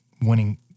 winning